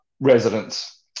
residents